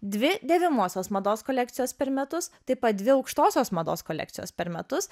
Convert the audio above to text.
dvi dėvimosios mados kolekcijos per metus taip pat dvi aukštosios mados kolekcijos per metus